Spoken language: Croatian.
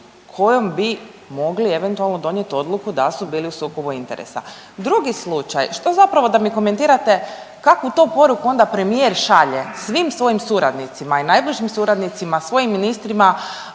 kojom bi mogli eventualno donijeti odluku da su bili u sukobu interesa. Drugi slučaj, što zapravo da mi komentirate kakvu to poruku onda premijer šalje svim svojim suradnicima i najbližim suradnicima, svojim ministrima,